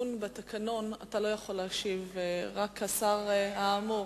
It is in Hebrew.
תיקון בתקנון אתה לא יכול להשיב, רק השר האמור.